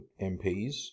MPs